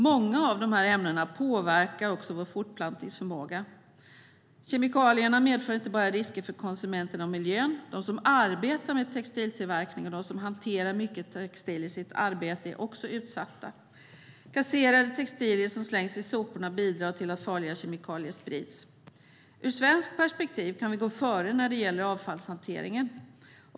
Många av dessa ämnen påverkar också vår fortplantningsförmåga. Kemikalierna medför inte bara risker för konsumenterna och miljön, utan de som arbetar med textiltillverkning och de som hanterar mycket textil i sitt arbete är också utsatta. Kasserade textilier som slängs i soporna bidrar till att farliga kemikalier sprids. Ur svenskt perspektiv kan vi gå före när det gäller avfallshanteringen.